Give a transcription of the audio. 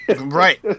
Right